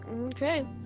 Okay